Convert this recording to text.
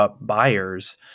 buyers